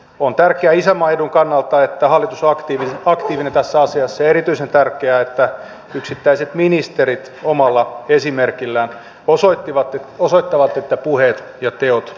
on tärkeää isänmaan edun kannalta että hallitus on aktiivinen tässä asiassa ja erityisen tärkeää että yksittäiset ministerit omalla esimerkillään osoittavat että puheet ja teot ovat yhtä